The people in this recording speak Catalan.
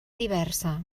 diversa